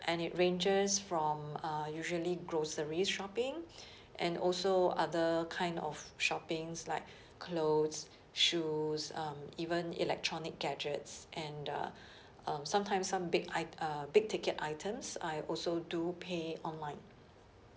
and it ranges from uh usually grocery shopping and also other kind of shoppings like clothes shoes um even electronic gadgets and uh um sometime some big i~ uh big ticket items I also do pay online